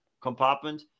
compartment